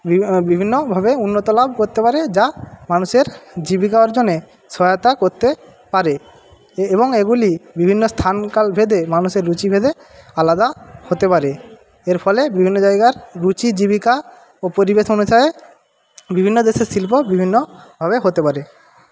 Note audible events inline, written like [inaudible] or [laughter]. [unintelligible] বিভিন্ন ভাবে উন্নত লাভ করতে পারে যা মানুষের জীবিকা অর্জনে সহায়তা করতে পারে এবং এগুলি বিভিন্ন স্থান কাল ভেদে মানুষের রুচি ভেদে [unintelligible] আলাদা হতে পারে এর ফলে বিভিন্ন জায়গার রুচি জীবিকা ও পরিবেশ অনুসারে বিভিন্ন দেশের শিল্প বিভিন্নভাবে হতে পারে